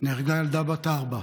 נהרגה ילדה בת ארבע,